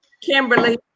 Kimberly